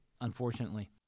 unfortunately